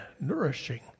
nourishing